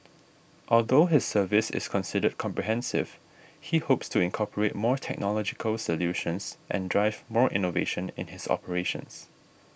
although his service is considered comprehensive he hopes to incorporate more technological solutions and drive more innovation in his operations